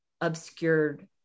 obscured